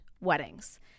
weddings